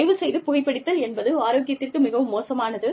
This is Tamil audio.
தயவுசெய்து புகைபிடித்தல் என்பது ஆரோக்கியத்திற்கு மிகவும் மோசமானது